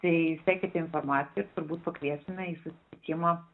tai sekite informaciją turbūt pakviesime į susitikimą